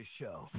Show